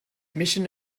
mission